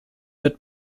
wird